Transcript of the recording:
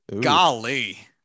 Golly